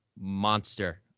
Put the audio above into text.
monster